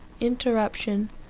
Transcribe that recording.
interruption